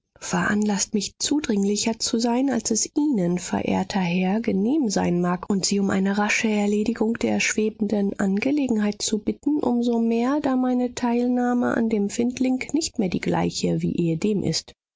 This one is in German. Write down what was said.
veranlaßt mich zudringlicher zu sein als es ihnen verehrter herr genehm sein mag und sie um eine rasche erledigung der schwebenden angelegenheit zu bitten um so mehr da meine teilnahme an dem findling nicht mehr die gleiche wie ehedem ist